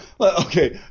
okay